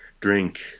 drink